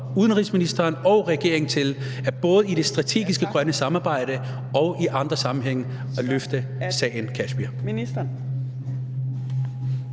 udenrigsministeren og regeringen til – både i det strategiske grønne samarbejde og i andre sammenhænge – at løfte sagen